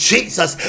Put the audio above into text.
Jesus